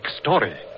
story